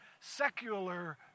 secular